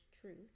truth